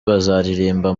bazaririmba